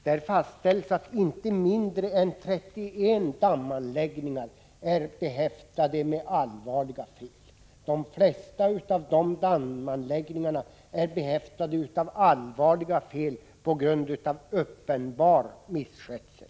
Där fastställs att inte mindre än 31 dammanläggningar är behäftade med allvarliga fel, de flesta av dem med allvarliga fel på grund av uppenbar misskötsel.